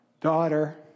Daughter